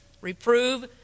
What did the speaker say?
Reprove